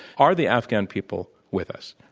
are the afghan people with us?